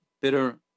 bitter